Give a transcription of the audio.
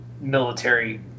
military